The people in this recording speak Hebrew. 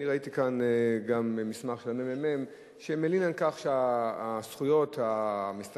ראיתי כאן גם מסמך של הממ"מ שמלין על כך שזכויות המסתננים